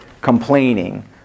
complaining